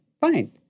fine